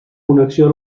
connexió